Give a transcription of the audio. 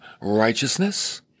righteousness